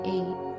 Eight